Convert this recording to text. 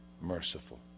merciful